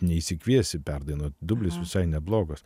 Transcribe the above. neišsikviesi perdainuot dublis visai neblogas